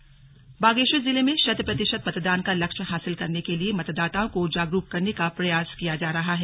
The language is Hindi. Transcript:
मतदाता जागरूकता बागेश्वर जिले में शत प्रतिशत मतदान का लक्ष्य हासिल करने के लिए मतदाताओं को जागरूक करने का प्रयास किया जा रहा है